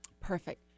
perfect